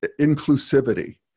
inclusivity